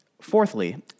Fourthly